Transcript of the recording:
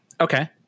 okay